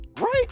Right